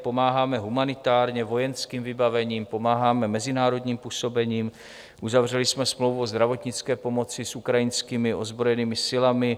Pomáháme humanitárně, vojenským vybavením, pomáháme mezinárodním působením, uzavřeli jsme smlouvu o zdravotnické pomoci s ukrajinskými ozbrojenými silami.